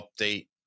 update